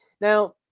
Now